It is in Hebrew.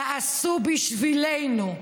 תעשו בשבילנו.